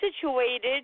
situated